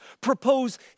propose